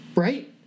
Right